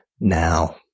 now